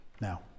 Now